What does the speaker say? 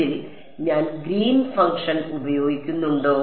ഇതിൽ ഞാൻ green function ഉപയോഗിക്കേണ്ടതുണ്ടോ